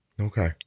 Okay